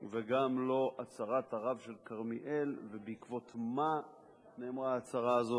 וגם לא הצהרת הרב של כרמיאל ובעקבות מה נאמרה ההצהרה הזאת,